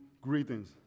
greetings